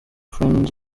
friends